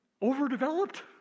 overdeveloped